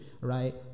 right